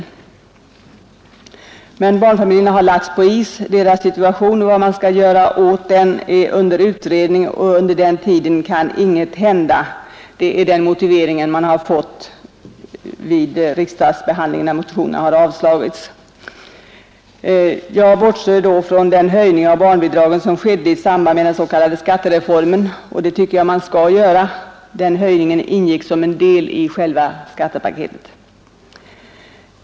Men barnfamiljerna har lagts på is. Deras situation och vad man skall göra åt den är under utredning, och under tiden kan ingenting hända. Den är den motiveringen man har fått vid riksdagsbehandlingen när motionerna avslagits. Jag bortser då från den höjning av barnbidragen som skedde i samband med den s.k. skattereformen, och det tycker jag att man skall göra. Den höjningen ingick nämligen som en del i själva skattepaketet.